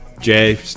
Jay